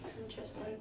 Interesting